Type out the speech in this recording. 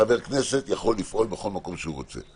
חבר כנסת יכול לפעול בכל מקום שהוא רוצה.